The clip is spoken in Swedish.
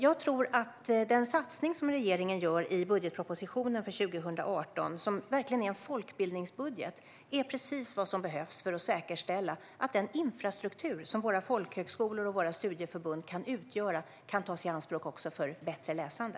Jag tror att den satsning som regeringen gör i budgetpropositionen för 2018, som verkligen är en folkbildningsbudget, är precis vad som behövs för att säkerställa att den infrastruktur som våra folkhögskolor och studieförbund kan utgöra kan tas i anspråk för bättre läsande.